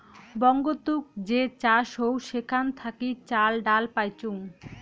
বঙ্গতুক যে চাষ হউ সেখান থাকি চাল, ডাল পাইচুঙ